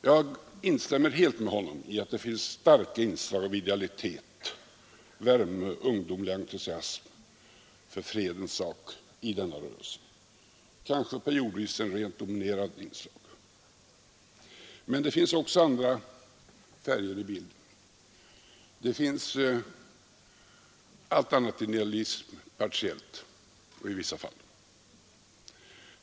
Jag instämmer 33 helt med honom i att det finns starka inslag av idealitet, värme och ungdomlig entusiasm för fredens sak i denna rörelse, kanske periodvis rent dominerande inslag. Men det finns också andra färger i bilden.